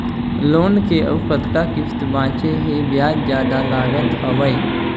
Loan के अउ कतका किस्त बांचें हे? ब्याज जादा लागत हवय,